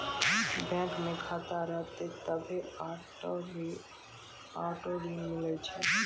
बैंको मे खाता रहतै तभ्भे आटो ऋण मिले सकै